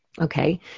Okay